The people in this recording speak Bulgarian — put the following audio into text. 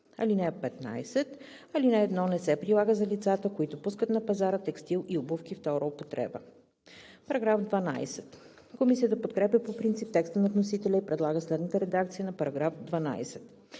съюз. (15) Алинея 1 не се прилага за лицата, които пускат на пазара текстил и обувки втора употреба.“ Комисията подкрепя по принцип текста на вносителя и предлага следната редакция на § 12: „§ 12.